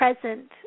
present